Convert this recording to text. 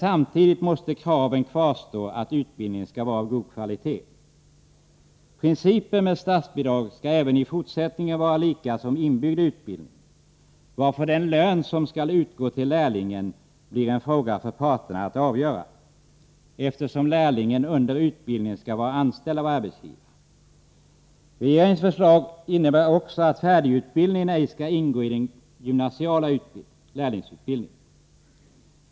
Samtidigt måste kravet kvarstå att utbildningen skall vara av god kvalitet. Principen med statsbidrag skall även i fortsättningen vara densamma som vid inbyggd utbildning, varför den lön som skall utgå till lärlingen blir en fråga för parterna att avgöra, eftersom lärlingen under utbildningen skall vara anställd av arbetsgivaren. Regeringens förslag innebär också att färdigutbildningen ej skall ingå i den gymnasiala lärlingsutbildningen.